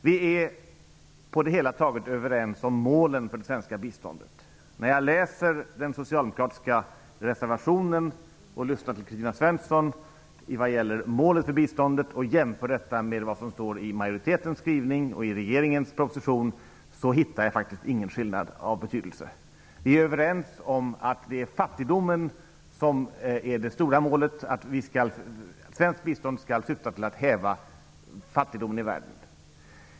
Vi är på det hela taget överens om målet för det svenska biståndet. När jag läser den socialdemokratiska reservationen och lyssnar till Kristina Svensson i vad gäller målet för biståndet och jämför detta med vad som står i majoritetens skrivning och i regeringens proposition, hittar jag faktiskt ingen skillnad av betydelse. Vi är överens om att det stora målet för svenskt bistånd är att det skall syfta till att häva fattigdomen i världen.